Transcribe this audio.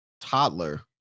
toddler